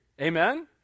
amen